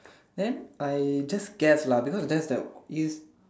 then I just guess lah because that's the obvious